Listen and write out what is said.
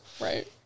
right